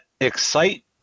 excite